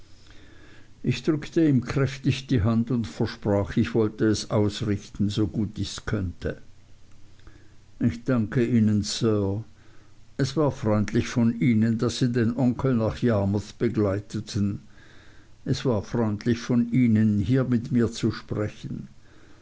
ich drückte ihm kräftig die hand und versprach ich wollte es ausrichten so gut ich könnte ich danke ihnen sir es war freundlich von ihnen daß sie den onkel nach yarmouth begleiteten es war freundlich von ihnen hier mit mir zu sprechen